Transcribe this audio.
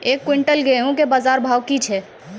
एक क्विंटल गेहूँ के बाजार भाव की छ?